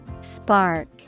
Spark